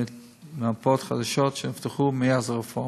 מרפאות חדשות לבריאות הנפש שנפתחו מאז הרפורמה.